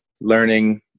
learning